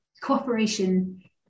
Cooperation